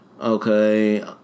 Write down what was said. okay